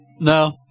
No